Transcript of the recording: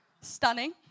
stunning